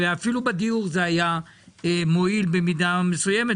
ואפילו בנושא הדיור זה היה מועיל במידה מסוימת,